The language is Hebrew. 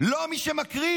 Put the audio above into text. לא מי שמקריב,